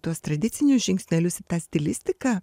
tuos tradicinius žingsnelius į tą stilistiką